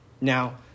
Now